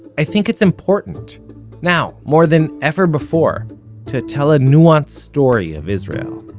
i think it's important now, more than ever before to tell a nuanced story of israel.